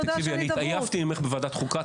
טלי, אני התעייפתי ממך בוועדת חוקה.